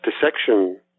dissection